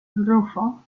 rufo